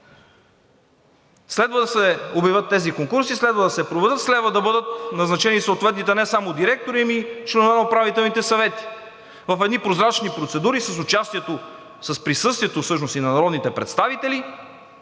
Следва да се обявят тези конкурси, следва да се проведат, следва да бъдат назначени съответните не само директори, ами и членове на управителните съвети! В едни прозрачни процедури, с присъствието и на народните представители,